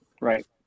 Right